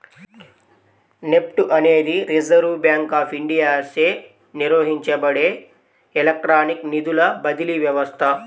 NEFT అనేది reserve bank of ఇండియాచే నిర్వహించబడే ఎలక్ట్రానిక్ నిధుల బదిలీ వ్యవస్థ